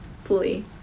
fully